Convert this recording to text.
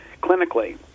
clinically